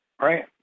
right